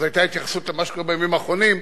אז היתה התייחסות למה שקורה בימים האחרונים,